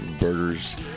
burgers